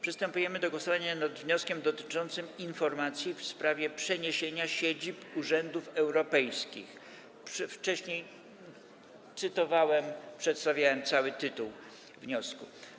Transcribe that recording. Przystępujemy do głosowania nad wnioskiem dotyczącym informacji w sprawie przeniesienia siedzib urzędów europejskich - wcześniej cytowałem, przedstawiałem cały tytuł wniosku.